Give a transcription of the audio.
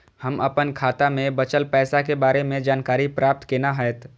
हम अपन खाता में बचल पैसा के बारे में जानकारी प्राप्त केना हैत?